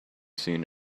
seen